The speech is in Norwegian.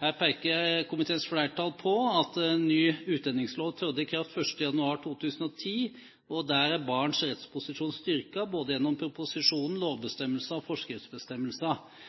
Her peker komiteens flertall på at en ny utlendingslov trådte i kraft 1. januar 2010. Der er barns rettsposisjon styrket både gjennom proposisjonen, lovbestemmelser og forskriftsbestemmelser,